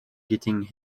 getting